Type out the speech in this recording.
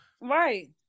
Right